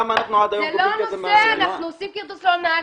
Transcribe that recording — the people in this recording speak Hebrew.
אנחנו עושים כרטוס ללא נהג.